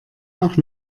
auch